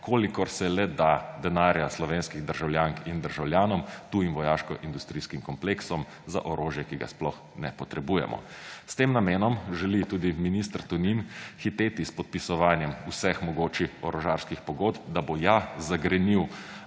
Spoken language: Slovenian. kolikor se le da, denarja slovenskih državljank in državljanov tujim vojaškoindustrijskim kompleksom za orožje, ki ga sploh ne potrebujemo. S tem namenom želi tudi minister Tonin hiteti s podpisovanjem vseh mogočih orožarskih pogodb, da bo ja zagrenil